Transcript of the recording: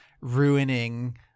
ruining